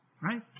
Right